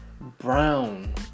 Brown